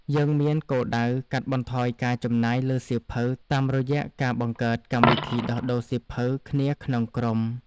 យើងមានគោលដៅកាត់បន្ថយការចំណាយលើសៀវភៅតាមរយៈការបង្កើតកម្មវិធីដោះដូរសៀវភៅគ្នាក្នុងក្រុម។